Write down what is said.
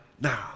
now